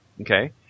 okay